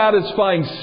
satisfying